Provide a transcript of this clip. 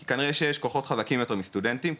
כי כנראה שיש כוחות הרבה יותר חזרים מסטודנטים.